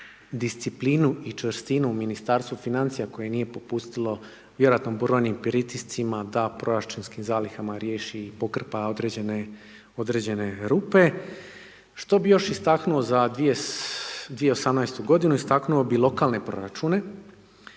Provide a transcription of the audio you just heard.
disciplinu i čvrstinu Ministarstva financija koje nije popustilo vjerojatno brojnim pritiscima da proračunskim zalihama riješi i pokrpa određene rupe. Što bi još istaknuo za 2018. g.? Istaknuo bi lokalne proračune,